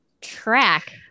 track